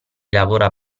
lavora